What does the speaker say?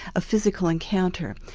a physical encounter.